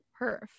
Perf